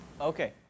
Okay